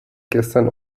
gestern